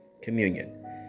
communion